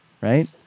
right